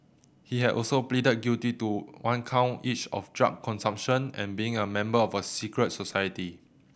he has also pleaded guilty to one count each of drug consumption and being a member of a secret society